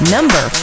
Number